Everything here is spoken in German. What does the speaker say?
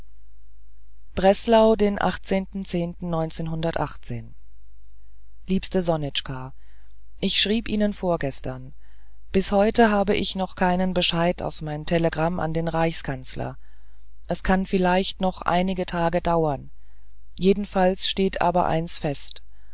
breslau den liebste sonitschka ich schrieb ihnen vorgestern bis heute habe ich noch keinen bescheid auf mein telegramm an den reichskanzler es kann vielleicht noch einige tage dauern jedenfalls steht aber eins fest